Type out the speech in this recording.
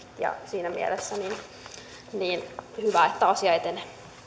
ja siinä mielessä on hyvä että asia etenee